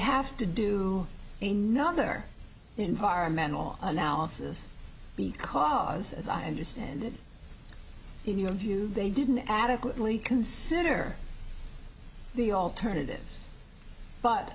have to do a nother environmental analysis because as i understand it in your view they didn't adequately consider the alternatives but